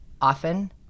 often